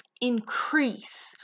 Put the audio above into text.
increase